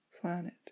planet